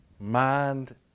mind